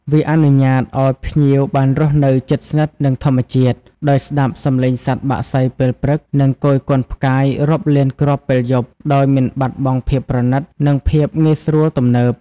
វាអនុញ្ញាតឲ្យភ្ញៀវបានរស់នៅជិតស្និទ្ធនឹងធម្មជាតិ ដោយស្តាប់សំឡេងសត្វបក្សីពេលព្រឹក និងគយគន់ផ្កាយរាប់លានគ្រាប់ពេលយប់ ដោយមិនបាត់បង់ភាពប្រណីត និងភាពងាយស្រួលទំនើប។